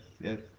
yes